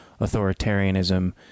authoritarianism